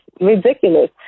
ridiculous